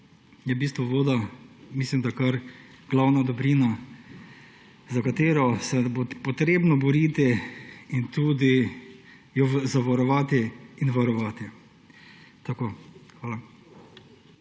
voda, mislim da, kar glavna dobrina, za katero se bo potrebno boriti in tudi jo zavarovati in varovati. Tako, hvala.